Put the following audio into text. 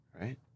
Right